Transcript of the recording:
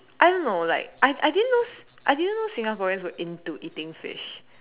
I don't know like I I didn't know I didn't know Singaporeans were into eating fish